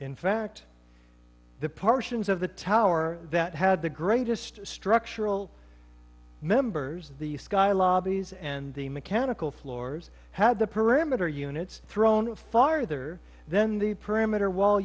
in fact the parsons of the tower that had the greatest structural members of the sky lobbies and the mechanical floors had the perimeter units thrown up farther then the perimeter wall